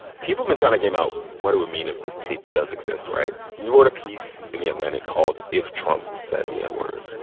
people have been trying to game out, what do we mean if this tape does exist, right? and you wrote a piece in the atlantic called if trump said the n-word.